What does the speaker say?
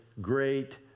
great